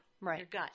right